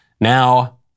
Now